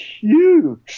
huge